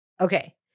Okay